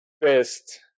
best